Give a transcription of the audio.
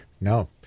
No